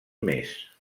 més